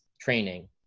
training